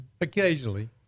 Occasionally